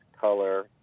color